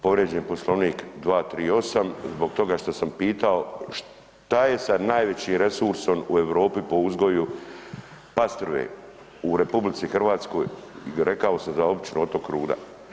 Povrijeđen je Poslovnik 238. zbog toga što sam pitao šta je sa najvećim resursom u Europi po uzgoju pastrve u RH, rekao sam za općinu Otok Ruda.